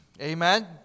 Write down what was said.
Amen